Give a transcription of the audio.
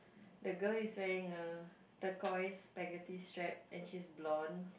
the girl is wearing a turquoise spaghetti strap and she is blonde